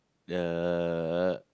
the